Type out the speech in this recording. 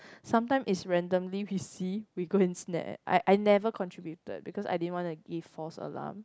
sometimes is randomly we see we go and snack I I never contributed because I didn't want to give false alarm